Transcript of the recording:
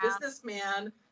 businessman